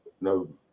no